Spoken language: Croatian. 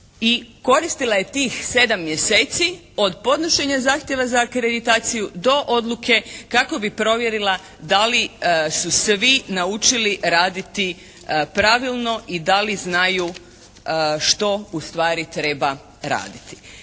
koristila je tih sedam mjeseci od podnošenja zahtjeva za akreditaciju do odluke kako bi provjerila da su svi naučili raditi pravilno i da li znaju što ustvari treba raditi.